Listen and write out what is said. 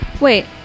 wait